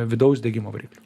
vidaus degimo variklių